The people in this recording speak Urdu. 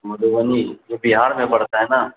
مدھوبنی جو بہار میں پڑتا ہے نا